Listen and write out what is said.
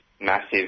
massive